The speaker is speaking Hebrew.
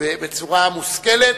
בצורה מושכלת,